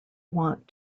want